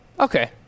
Okay